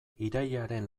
irailaren